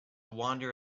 wander